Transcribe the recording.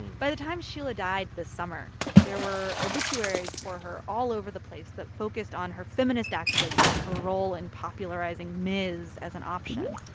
by the time sheila died this summer, there were obituaries for her all over the place that focused on her feminist activism and her role in popularizing ms. as an option.